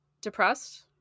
depressed